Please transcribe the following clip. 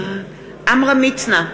עמרם מצנע,